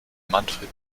manfred